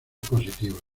positivas